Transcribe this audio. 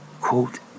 quote